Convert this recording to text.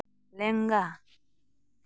ᱞᱮᱸᱜᱟ